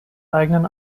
eigenen